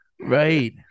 Right